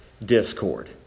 discord